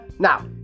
Now